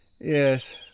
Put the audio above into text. Yes